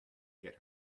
get